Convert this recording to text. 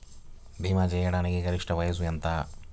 భీమా చేయాటానికి గరిష్ట వయస్సు ఎంత?